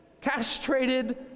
castrated